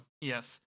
Yes